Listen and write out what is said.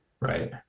Right